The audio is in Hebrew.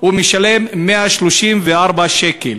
ושילם 134 שקל